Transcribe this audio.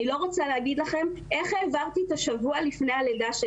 אני לא רוצה לספר איך העברתי את השבוע לפני הלידה.